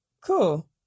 cool